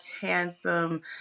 handsome